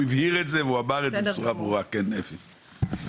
אפי בבקשה.